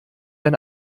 ein